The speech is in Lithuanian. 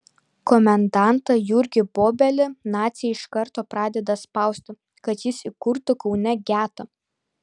komendantą jurgį bobelį naciai iš karto pradeda spausti kad jis įkurtų kaune getą